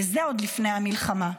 וזה עוד לפני המלחמה.